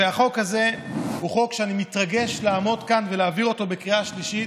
והחוק הזה הוא חוק שאני מתרגש לעמוד כאן ולהעביר אותו בקריאה השלישית.